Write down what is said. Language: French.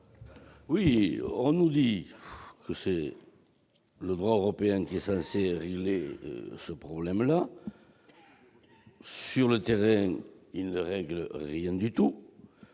On nous dit que le droit européen est censé régler ce problème. Or, sur le terrain, il ne règle rien du tout.